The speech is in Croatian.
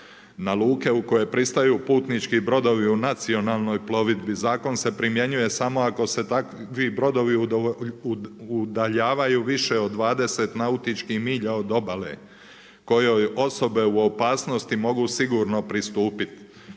na luke u koje pristaju putnički brodovi u nacionalnoj plovidbi, zakon se primjenjuje samo ako se takvi brodovi udaljavaju više od 20 nautičkih milja od obale, kojoj osobe u opasnosti mogu sigurno pristupiti,